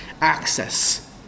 access